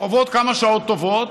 עוברות כמה שעות טובות,